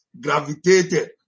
gravitated